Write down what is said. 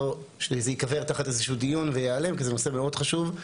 שזה יקבר תחת איזשהו דיון ויעלם כי זה נושא מאוד חשוב.